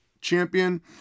champion